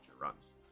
runs